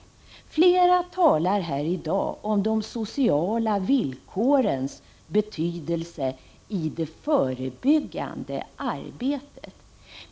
Flera talar här i dag om de sociala villkorens betydelse i det förebyggande arbetet.